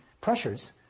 pressures